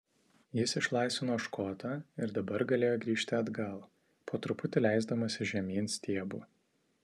jis išlaisvino škotą ir dabar galėjo grįžti atgal po truputį leisdamasis žemyn stiebu